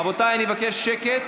רבותיי, אני מבקש שקט